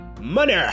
money